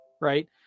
right